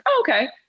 okay